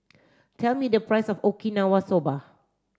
tell me the price of Okinawa Soba